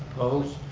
opposed.